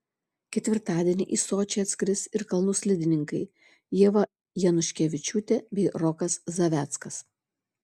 ketvirtadienį į sočį atskris ir kalnų slidininkai ieva januškevičiūtė bei rokas zaveckas